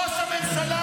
ראש הממשלה,